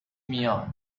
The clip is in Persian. میاد